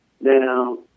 Now